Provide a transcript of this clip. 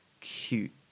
cute